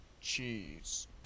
cheese